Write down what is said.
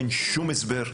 אין שום הסבר,